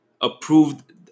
approved